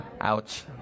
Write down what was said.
Ouch